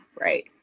right